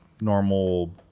normal